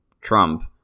Trump